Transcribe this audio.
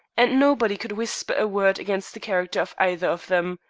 and nobody could whisper a word against the character of either of them.